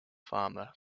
farmer